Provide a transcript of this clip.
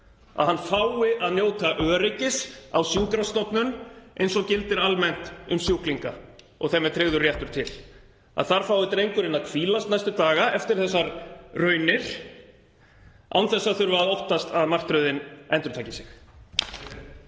að hann fái að njóta öryggis á sjúkrastofnun eins og gildir almennt um sjúklinga og þeim er tryggður réttur til, að þar fái drengurinn að hvílast næstu daga eftir þessar raunir án þess að þurfa að óttast að martröðin endurtaki sig.